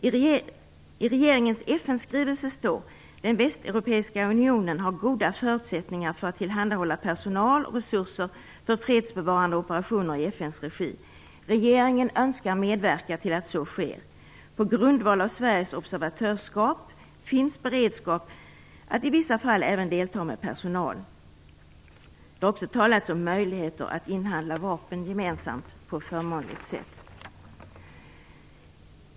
I regeringens FN-skrivelse står: "Den västeuropeiska unionen har goda förutsättningar för att tillhandahålla personal och resurser för fredsbevarande operationer i FN:s regi. Regeringen önskar medverka till att så sker. På grundval av Sveriges observatörskap finns beredskap att i vissa fall även delta med personal." Det har också talats om möjligheter att inhandla vapen gemensamt på ett förmånligt sätt.